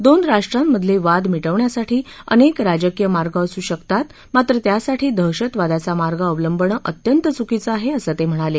दोन राष्ट्रांमधले वाद मिटवण्यासाठी अनेक राजकीय मार्ग असू शकतात मात्र त्यासाठी दहशतवादाचा मार्ग अवलंबणं अत्यंत चूकीचं आहे असं ते म्हणाले